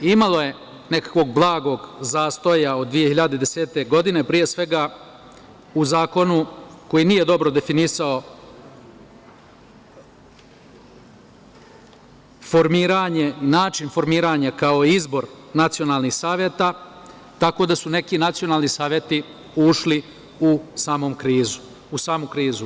Imalo je nekakvog blagog zastoja od 2010. godine, pre svega u zakonu koji nije dobro definisao način formiranja kao izbor formiranja nacionalnih saveta, tako da su neki nacionalni saveti ušli u samu krizu.